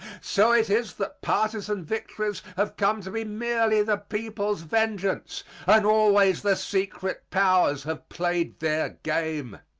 so it is that partisan victories have come to be merely the people's vengeance and always the secret powers have played their game.